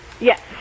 Yes